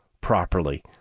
properly